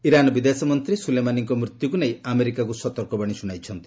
Iran ବୈଦେଶିକ ମନ୍ତ୍ରୀ ସୁଲେମାନିଙ୍କ ମୃତ୍ୟୁକୁ ନେଇ ଆମେରିକାକୁ ସତର୍କବାଣୀ ଶୁଣାଇଛନ୍ତି